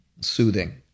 soothing